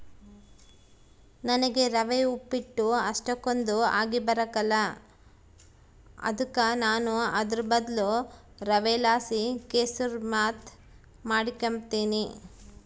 ನನಿಗೆ ರವೆ ಉಪ್ಪಿಟ್ಟು ಅಷ್ಟಕೊಂದ್ ಆಗಿಬರಕಲ್ಲ ಅದುಕ ನಾನು ಅದುರ್ ಬದ್ಲು ರವೆಲಾಸಿ ಕೆಸುರ್ಮಾತ್ ಮಾಡಿಕೆಂಬ್ತೀನಿ